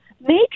Make